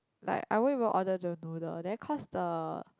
like I won't even order the noodles then cause the